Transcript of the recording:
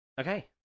Okay